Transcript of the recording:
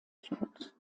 führt